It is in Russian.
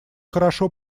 хорошо